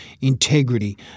Integrity